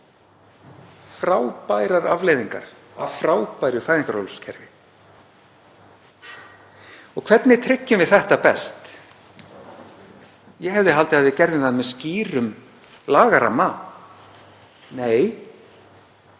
Frábærar afleiðingar af frábæru fæðingarorlofskerfi. Og hvernig tryggjum við þetta best? Ég hefði haldið að við gerðum það með skýrum lagaramma. Nei,